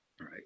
right